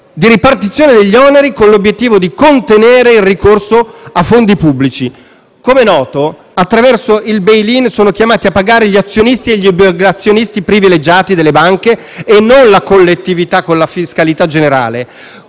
di ripartizione degli oneri, con l'obiettivo di contenere il ricorso a fondi pubblici. Come è noto, attraverso il *bail in* sono chiamati a pagare gli azionisti e gli obbligazionisti privilegiati delle banche e non la collettività con la fiscalità generale.